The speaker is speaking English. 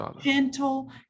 gentle